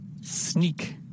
Sneak